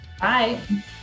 Bye